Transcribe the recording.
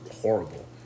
horrible